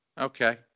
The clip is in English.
Okay